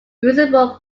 usable